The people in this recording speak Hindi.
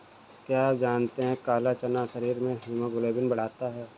क्या आप जानते है काला चना शरीर में हीमोग्लोबिन बढ़ाता है?